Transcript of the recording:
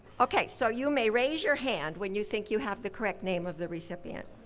okay so, you may raise your hand when you think you have the correct name of the recipient.